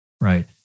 right